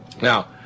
Now